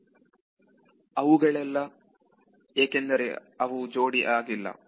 ವಿದ್ಯಾರ್ಥಿ ಅವುಗಳೆಲ್ಲ ಏಕೆಂದರೆ ಅವು ಜೋಡಿ ಆಗಿಲ್ಲ